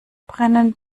brennen